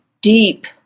deep